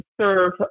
serve